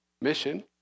Mission